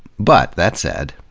but, that said,